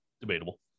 debatable